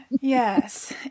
Yes